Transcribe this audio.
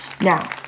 Now